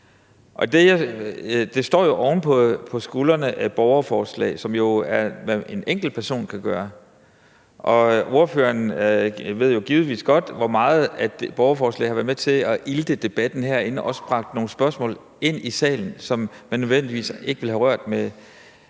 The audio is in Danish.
det står jo oven på skuldrene af borgerforslag, som en enkeltperson kan lave. Og ordføreren ved jo givetvis godt, hvor meget borgerforslag har været med til at ilte debatten herinde og også har bragt nogle spørgsmål ind i salen, som man ikke nødvendigvis ville have rørt ved